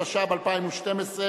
התשע"ב 2012,